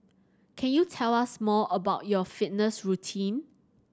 can you tell us more about your fitness routine